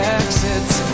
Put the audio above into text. exits